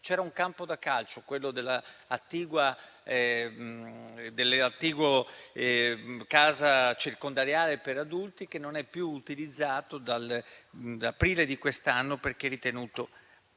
C'era un campo da calcio, quello della attigua casa circondariale per adulti, che non è più utilizzato da aprile di quest'anno, perché ritenuto